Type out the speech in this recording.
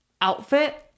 outfit